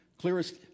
clearest